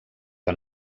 que